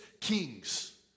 kings